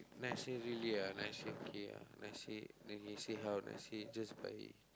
then I say really ah then I say okay ah then I say then he say how then I say just by